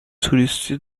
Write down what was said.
توریستی